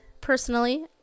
personally